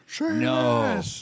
No